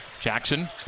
Jackson